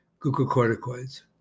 glucocorticoids